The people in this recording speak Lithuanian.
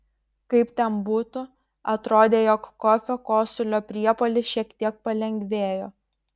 kaip ten būtų atrodė jog kofio kosulio priepuolis šiek tiek palengvėjo